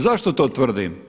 Zašto to tvrdim?